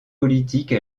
politique